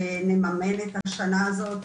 ולממן את השנה הזאת,